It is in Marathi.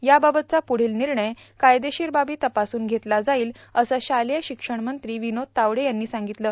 याबाबतचा प्रढोल र्निणय कायदेशीर बाबी तपासून घेतला जाईल असं शालेय शिक्षण मंत्री विनोद तावडे यांनी सांगितलं